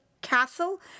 Castle